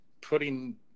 putting